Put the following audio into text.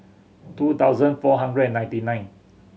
two thousand four hundred and ninety nine